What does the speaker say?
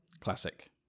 Classic